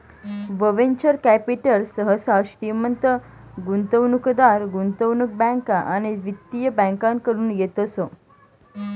venture capital सहसा श्रीमंत गुंतवणूकदार, गुंतवणूक बँका आणि वित्तीय बँकाकडतून येतस